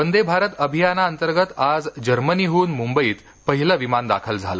वंदे भारत अभियानाअंतर्गत आज जर्मनीहन मुंबईत पहिलं विमान दाखल झालं